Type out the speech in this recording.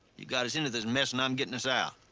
you got us into this mess and i'm getting us out.